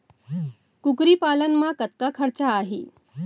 कुकरी पालन म कतका खरचा आही?